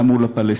גם מול הפלסטינים,